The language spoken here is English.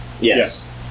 Yes